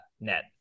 net